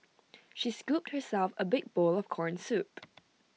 she scooped herself A big bowl of Corn Soup